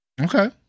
Okay